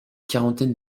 quarantaine